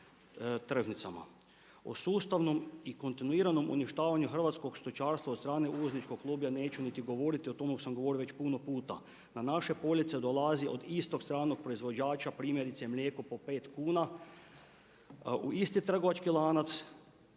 O sustavom i kontinuiranom uništavanju hrvatskog stočarstva od strane uvozničkog lobija neću niti govoriti. O tome sam govorio već puno puta. Na naše police dolazi od isto stranog proizvođača primjerice mlijeko po pet kuna u isti trgovački lanac,